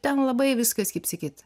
ten labai viskas kaip sakyt